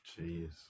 Jeez